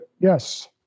Yes